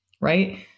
right